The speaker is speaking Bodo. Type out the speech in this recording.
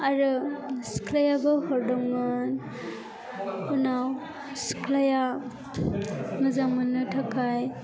आरो सिख्लायाबो हरदोंमोन उनाव सिख्लाया मोजां मोननो थाखाय